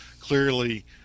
Clearly